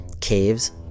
caves